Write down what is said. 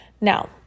Now